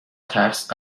ترس